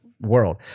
world